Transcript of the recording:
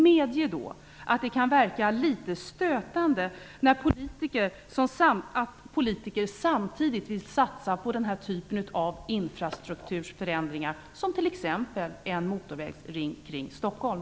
Medge då att det kan verka litet stötande att politiker samtidigt vill satsa på denna typ av förändringar i infrastruktur, t.ex. en motorvägsring kring Stockholm.